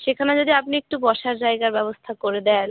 সেখানে যদি আপনি একটু বসার জায়গার ব্যবস্থা করে দেন